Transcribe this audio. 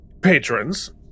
patrons